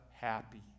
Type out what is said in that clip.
happy